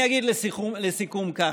אגיד לסיכום כך,